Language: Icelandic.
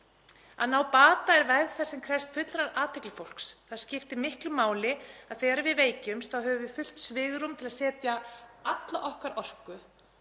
Að ná bata er vegferð sem krefst fullrar athygli fólks. Það skiptir miklu máli að þegar við veikjumst þá höfum við fullt svigrúm til að setja alla okkar orku